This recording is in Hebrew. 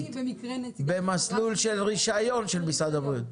אני במקרה נציגת חברת --- במסלול של רישיון של משרד הבריאות?